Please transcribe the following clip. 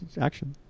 action